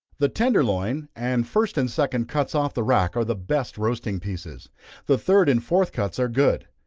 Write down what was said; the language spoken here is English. the tender loin and first and second cuts off the rack are the best roasting pieces the third and fourth cuts are good.